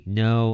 no